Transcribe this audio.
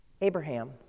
Abraham